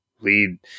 lead